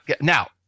now